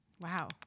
Wow